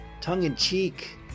Tongue-in-cheek